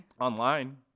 Online